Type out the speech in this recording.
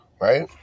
right